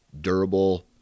durable